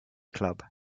club